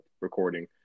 recording